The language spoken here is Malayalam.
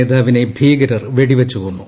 നേതാവിനെ ഭീകരർ വെടിവെച്ച് കൊന്നു